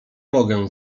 mogę